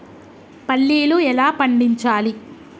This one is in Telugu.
పల్లీలు ఎలా పండించాలి?